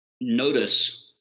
notice